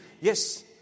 Yes